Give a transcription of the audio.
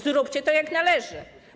Zróbcie to, jak należy.